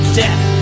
death